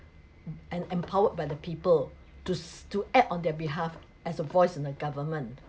and empowered by the people to s~ to act on their behalf as a voice in the government